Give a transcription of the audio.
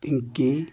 Pinki